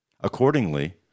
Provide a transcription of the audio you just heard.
Accordingly